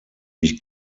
ich